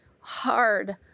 hard